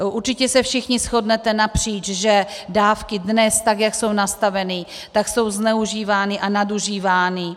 Určitě se všichni shodnete napříč, že dávky dnes, tak jak jsou nastaveny, tak jsou zneužívány a nadužívány.